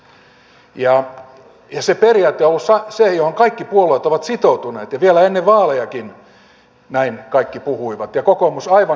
se periaate on ollut se ja siihen kaikki puolueet ovat sitoutuneet ja vielä ennen vaalejakin näin kaikki puhuivat kokoomus aivan kärkijoukoissa